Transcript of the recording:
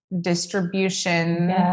distribution